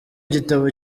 gitabo